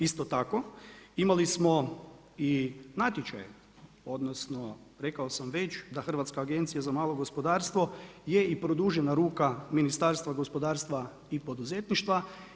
Isto tako, imali smo i natječaj, odnosno rekao sam već da Hrvatska agencija za malo gospodarstvo je i produžena ruka Ministarstva gospodarstva i poduzetništva.